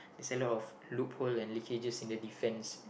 there's a lot of loophole and leakages in the defence